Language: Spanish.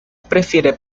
prefiere